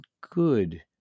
good